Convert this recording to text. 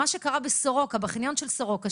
מה שקרה בחניון של סורוקה,